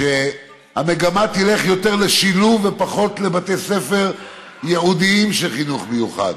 שהמגמה תלך יותר לשילוב ופחות לבתי ספר ייעודיים של חינוך מיוחד.